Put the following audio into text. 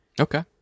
okay